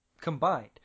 combined